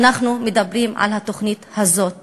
אנחנו מדברים על התוכנית הזאת